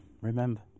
remember